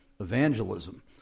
evangelism